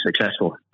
successful